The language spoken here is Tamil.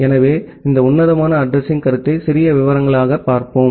எனவே இந்த உன்னதமான அட்ரஸிங் கருத்தை சிறிய விவரங்களில் பார்ப்போம்